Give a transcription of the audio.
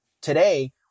Today